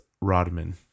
Rodman